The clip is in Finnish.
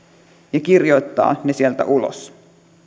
ja kirjoittaa sieltä ulos